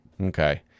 Okay